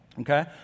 Okay